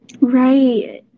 Right